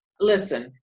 listen